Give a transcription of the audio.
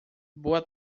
boa